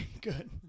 good